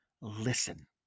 Listen